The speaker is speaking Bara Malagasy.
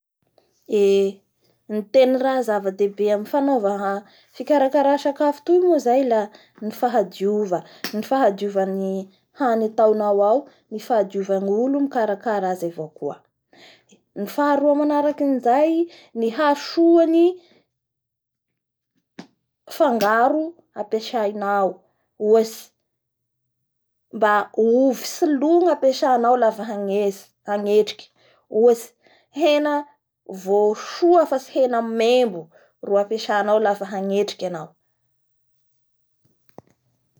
Eeee! Ny tena raha- zava-dehibe amin'ny fanaova- fikarakara sakafo toy moa zay la ny fahadiova, ny fahdiovan'ny hany ataonao ao, ny fahadiovan'ny olo mikarakara azy avao koa ny faha roa manaraky anizay, ny hasoan'ny fangaro apesainao. Ohatsy mba ovy tsy lo ny hampesanao lafa hagnetsy- hagnetriky, ohtsy hena vo soa fa tsy hena membo ro ampesanao laf hangetriky anao.